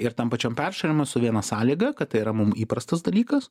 ir tam pačiam peršalima su viena sąlyga kad tai yra mum įprastas dalykas